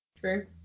True